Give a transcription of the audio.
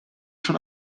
schon